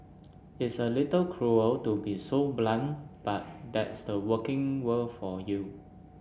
it's a little cruel to be so blunt but that's the working world for you